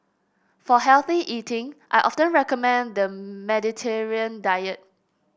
for healthy eating I often recommend the Mediterranean diet